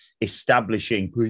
establishing